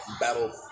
battle